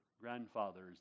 grandfathers